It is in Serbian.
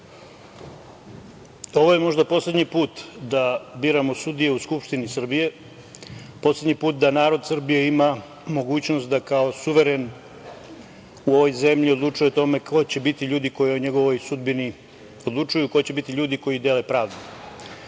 Ovo je možda poslednji put da biramo sudije u Skupštini Srbije, poslednji put da narod Srbije ima mogućnost da kao suveren u ovoj zemlji odlučuje o tome ko će biti ljudi koji o njegovoj sudbini odlučuju, ko će biti ljudi koji dele pravdu,